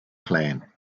clan